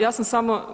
Ja sam samo